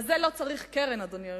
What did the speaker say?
לזה, אדוני היושב-ראש,